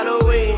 Halloween